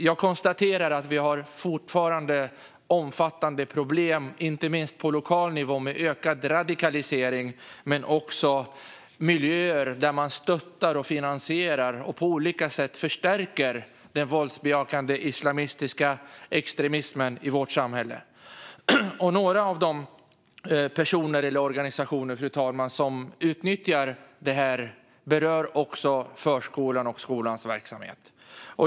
Jag konstaterar att vi fortfarande har omfattande problem, inte minst på lokal nivå, med ökad radikalisering och med miljöer där man stöttar, finansierar och på olika sätt förstärker den våldsbejakande islamistiska extremismen i vårt samhälle. Några av de personer eller organisationer, fru talman, som utnyttjar detta berör också förskolans och skolans verksamhet.